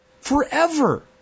forever